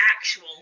actual